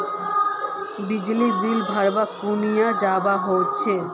बिजली बिल भरले कुनियाँ जवा होचे?